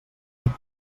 tant